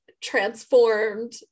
transformed